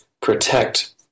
protect